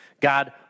God